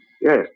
Yes